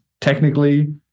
technically